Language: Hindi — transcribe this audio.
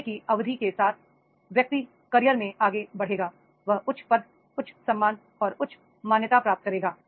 समय की अवधि के साथ व्यक्ति कैरियर में आगे बढ़ेगा वह उच्च पद उच्च सम्मान और उच्च मान्यता प्राप्त करेगा